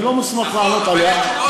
אני לא מוסמך לענות עליה.